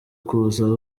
kuza